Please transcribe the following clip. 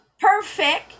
perfect